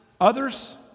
Others